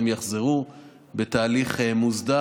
והם יחזרו בתהליך מוסדר.